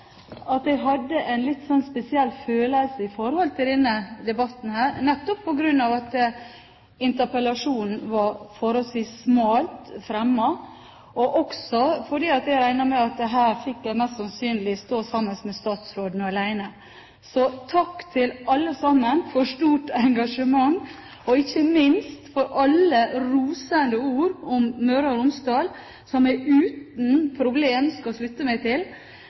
debatten. Jeg må innrømme at jeg hadde en litt spesiell følelse i forhold til denne debatten, nettopp på grunn av at interpellasjonen var forholdsvis smalt fremmet, og også fordi jeg regnet med at jeg mest sannsynlig ville stå her sammen med statsråden alene. Så takk til alle sammen for stort engasjement, og ikke minst for alle rosende ord om Møre og Romsdal, som jeg uten problem skal slutte meg til.